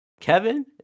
Kevin